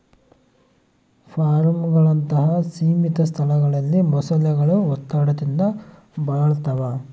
ಫಾರ್ಮ್ಗಳಂತಹ ಸೀಮಿತ ಸ್ಥಳಗಳಲ್ಲಿ ಮೊಸಳೆಗಳು ಒತ್ತಡದಿಂದ ಬಳಲ್ತವ